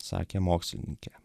sakė mokslininkė